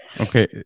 Okay